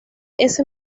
ese